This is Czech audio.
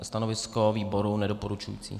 Stanovisko výboru nedoporučující.